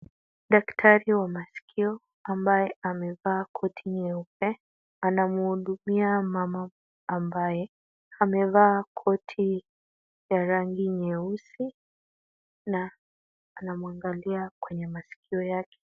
Daktari wa maskio ambaye amevaa koti nyeupe, anamhudumia mama ambaye amevaa koti ya rangi nyeusi, na anamuangalia kwenye maskio yake.